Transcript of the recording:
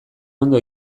ondo